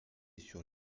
sur